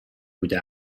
بوده